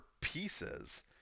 pieces